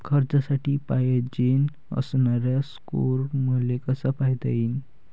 कर्जासाठी पायजेन असणारा स्कोर मले कसा पायता येईन?